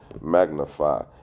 magnify